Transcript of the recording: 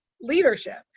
leadership